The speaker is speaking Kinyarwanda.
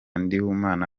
ndikumana